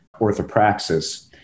orthopraxis